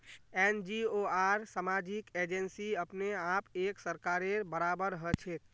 NGO आर सामाजिक agency अपने आप एक सरकारेर बराबर हछेक